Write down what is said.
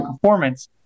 performance